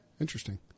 Interesting